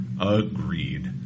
Agreed